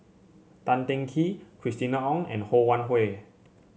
Tan Teng Kee Christina Ong and Ho Wan Hui